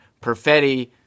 Perfetti